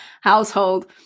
household